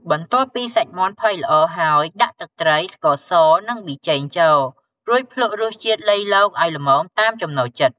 បន្ទាប់ពីសាច់មាន់ផុយល្អហើយ ដាក់ទឹកត្រី ស្ករស និងប៊ីចេងចូល រួចភ្លក្សរសជាតិលៃលកឱ្យល្មមតាមចំណូលចិត្ត។